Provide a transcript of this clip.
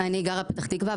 אני גרה בפתח תקווה,